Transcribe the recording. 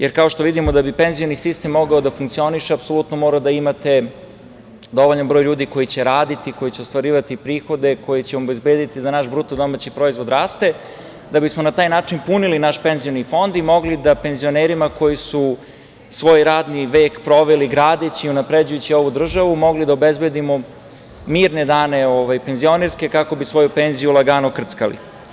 Jer, kao što vidimo, da bi penzioni sistem mogao da funkcioniše, apsolutno morate da imate dovoljan broj ljudi koji će raditi, koji će ostvarivati prihode koji će obezbediti da naš BDP raste, da bismo na taj način punili naš penzioni fond i mogli da penzionerima koji su svoj radni vek proveli gradeći, unapređujući ovu državu, mogli da obezbedimo mirne penzionerske dane kako bi svoju penziju lagano krckali.